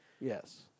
Yes